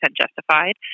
justified